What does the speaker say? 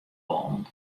wollen